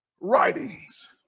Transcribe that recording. writings